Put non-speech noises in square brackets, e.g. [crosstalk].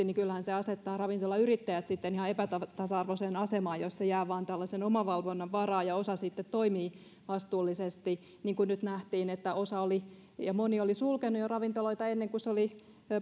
[unintelligible] niin kyllähän se asettaa ravintolayrittäjät sitten ihan epätasa arvoiseen asemaan jos se jää vain tällaisen omavalvonnan varaan ja osa sitten toimii vastuullisesti niin kuin nyt nähtiin että osa oli ja moni oli sulkenut ravintolaita ennen kuin se oli